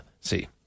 see